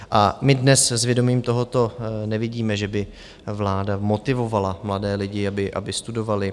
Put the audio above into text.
A my dnes s vědomím tohoto nevidíme, že by vláda motivovala mladé lidi, aby studovali.